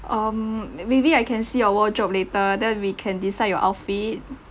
um maybe I can see your wardrobe later then we can decide your outfit